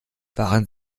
waren